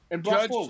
Judge